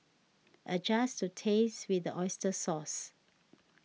adjust to taste with the Oyster Sauce